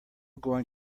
going